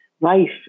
life